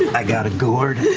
i got a gourd.